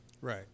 Right